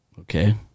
Okay